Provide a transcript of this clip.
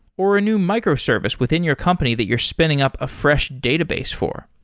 or a new microservice within your company that you're spinning up a fresh database for.